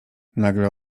nagle